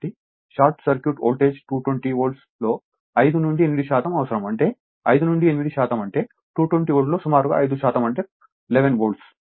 కాబట్టి short circuit voltage 220 వోల్ట్లో 5 నుండి 8 శాతం అవసరం అంటే 5 నుండి 8 శాతం అంటే 220 వోల్ట్లలో సుమారు 5 శాతం అంటే 11 వోల్ట్స్